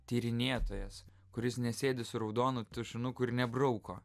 tyrinėtojas kuris nesėdi su raudonu tušinuku ir nebrauko